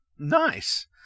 Nice